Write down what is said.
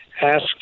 asked